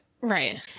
right